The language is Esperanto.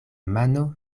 mano